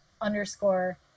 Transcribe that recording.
underscore